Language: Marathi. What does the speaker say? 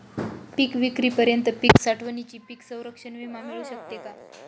पिकविक्रीपर्यंत पीक साठवणीसाठी पीक संरक्षण विमा मिळू शकतो का?